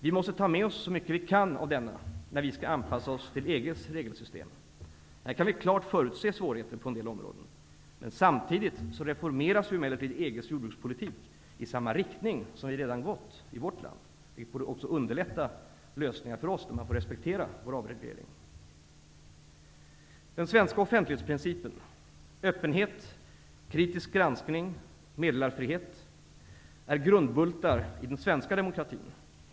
Vi måste ta med oss så mycket vi kan av denna när vi skall anpassa oss till EG:s regelsystem. Här kan vi klart förutse svårigheter på en del områden. Samtidigt reformeras ju emellertid EG:s jordbrukspolitik i samma riktning som vi i vårt land redan gått i. Det skulle underlätta lösningar för oss om man respekterar vår avreglering. Den svenska offentlighetsprincipen -- öppenhet, kritisk granskning, meddelarfrihet -- är grundbultar i den svenska demokratin.